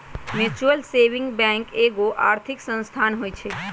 mutual saving bank एगो आर्थिक संस्थान होइ छइ